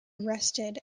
arrested